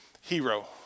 hero